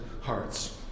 hearts